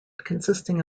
consisting